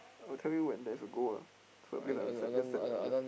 I'll tell you when there's a goal lah set just set an alert